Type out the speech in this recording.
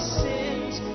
sins